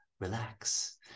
relax